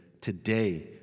today